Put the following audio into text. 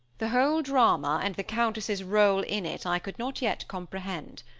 the whole drama, and the countess's role in it, i could not yet comprehend.